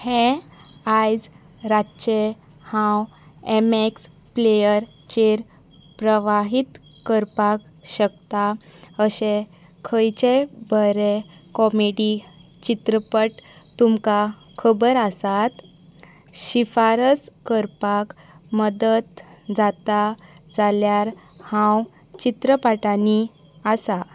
हें आयज रातचे हांव एम एक्स प्लेयर चेर प्रवाहीत करपाक शकता अशें खंयचेय बरें कॉमेडी चित्रपट तुमकां खबर आसात शिफारस करपाक मदत जाता जाल्यार हांव चित्रपाटांनी आसा